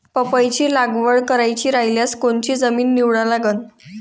पपईची लागवड करायची रायल्यास कोनची जमीन निवडा लागन?